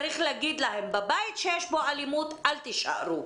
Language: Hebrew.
צריך להגיד להן: בבית שיש בו אלימות, אל תישארו.